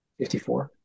54